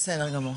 בסדר גמור.